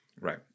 right